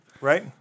right